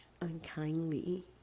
unkindly